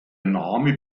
name